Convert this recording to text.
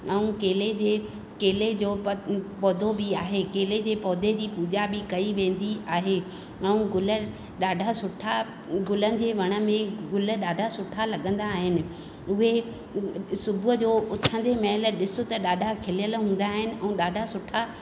ऐं केले जे केले जो पौधो बि आहे केले जे पौधे जी पूॼा बि कई वेंदी आहे ऐं गुल ॾाढा सुठा गुलनि जे वण में गुल ॾाढा सुठा लॻंदा आहिनि उहे सुबुह जो उथंदे महिल ॾिस त ॾाढा खिलियल हूंदा आहिनि ऐं ॾाढा सुठा